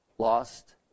lost